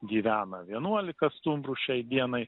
gyvena vienuolika stumbrų šiai dienai